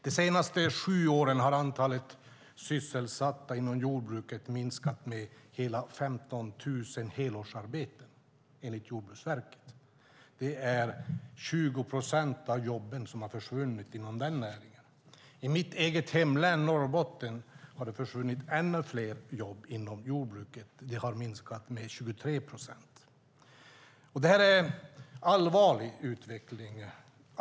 De senaste sju åren har antalet sysselsatta inom jordbruket minskat med hela 15 000 helårsarbeten, enligt Jordbruksverket. Det är 20 procent av jobben som har försvunnit inom den näringen. I mitt eget hemlän Norrbotten har det försvunnit ännu fler jobb inom jordbruket - det har minskat med 23 procent. Det är en allvarlig utveckling.